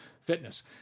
Fitness